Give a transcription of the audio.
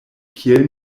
kiel